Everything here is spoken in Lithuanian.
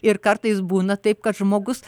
ir kartais būna taip kad žmogus